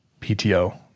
PTO